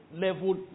level